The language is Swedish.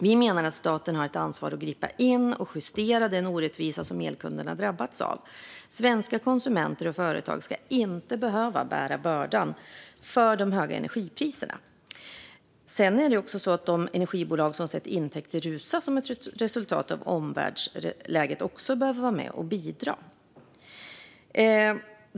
Vi menar att staten har ett ansvar att gripa in och justera den orättvisa som elkunderna drabbats av. Svenska konsumenter och företag ska inte behöva bära hela bördan av de höga energipriserna. De energibolag som sett sina intäkter rusa som ett resultat av omvärldsläget behöver också vara med och bidra.